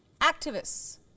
Activists